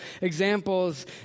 examples